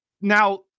Now